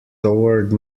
toward